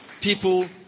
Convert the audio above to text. people